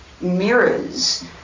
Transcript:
mirrors